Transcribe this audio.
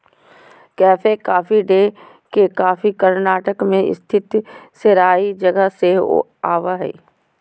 cafe Coffee Day के coffee Karnataka मे स्थित सेराई जगह से आवो हय